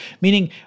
meaning